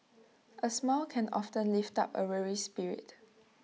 A smile can often lift up A weary spirit